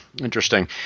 Interesting